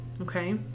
Okay